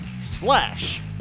slash